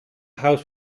house